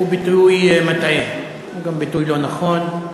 הוא ביטוי מטעה, הוא גם ביטוי לא נכון.